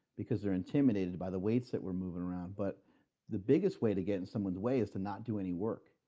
because they're intimidated by the weights that we're moving around, but the biggest way to get in someone's way is to not do any work.